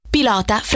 Pilota